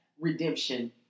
redemption